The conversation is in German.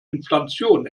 inflation